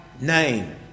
name